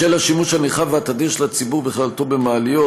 בשל השימוש הנרחב והתדיר של הציבור בכללותו במעליות,